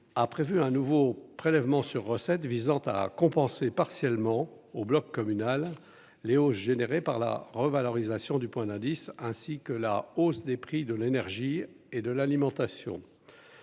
a prévu un nouveau prélèvement sur recettes visant à compenser partiellement au bloc communal Léo générés par la revalorisation du point d'indice, ainsi que la hausse des prix de l'énergie et de l'alimentation,